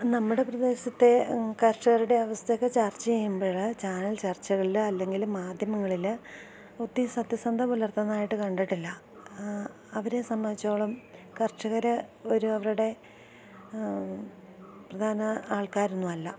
നമ്മുടെ പ്രദേശത്തെ കർഷകരുടെ അവസ്ഥയൊക്കെ ചർച്ച ചെയ്യുമ്പോള് ചാനൽ ചർച്ചകളില് അല്ലെങ്കില് മാധ്യമങ്ങളില് ഒത്തിരി സത്യസന്ധത പുലർത്തുന്നതായിട്ട് കണ്ടിട്ടില്ല അവരെ സംബന്ധിച്ചിടത്തോളം കർഷകര് അവരുടെ പ്രധാന ആൾക്കാരൊന്നുമല്ല